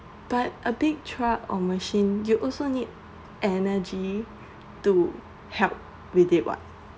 but a big truck or machine you also need